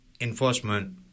enforcement